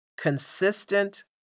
consistent